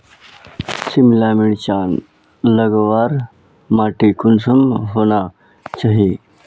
सिमला मिर्चान लगवार माटी कुंसम होना चही?